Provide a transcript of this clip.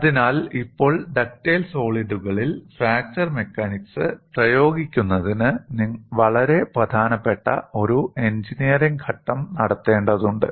അതിനാൽ ഇപ്പോൾ ഡക്റ്റൈൽ സോളിഡുകളിൽ ഫ്രാക്ചർ മെക്കാനിക്സ് പ്രയോഗിക്കുന്നതിന് വളരെ പ്രധാനപ്പെട്ട ഒരു എഞ്ചിനീയറിംഗ് ഘട്ടം നടത്തേണ്ടതുണ്ട്